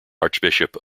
archbishop